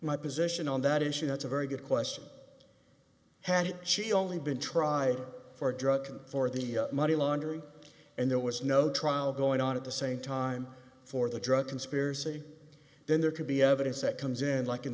my position on that issue that's a very good question had she only been tried for a drug for the money laundering and there was no trial going on at the same time for the drug conspiracy then there could be evidence that comes in like in